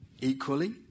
Equally